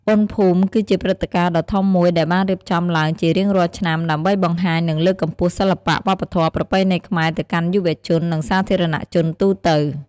បុណ្យភូមិគឺជាព្រឹត្តិការណ៍ដ៏ធំមួយដែលបានរៀបចំឡើងជារៀងរាល់ឆ្នាំ ដើម្បីបង្ហាញ និងលើកកម្ពស់សិល្បៈ វប្បធម៌ ប្រពៃណីខ្មែរទៅកាន់យុវជន និងសាធារណជនទូទៅ។